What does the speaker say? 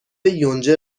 یونجه